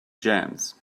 jams